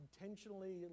intentionally